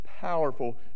powerful